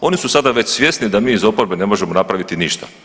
Oni su sada već svjesni da mi iz oporbe ne možemo napraviti ništa.